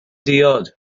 diod